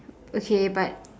okay but